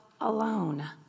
alone